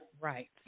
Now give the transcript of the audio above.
Right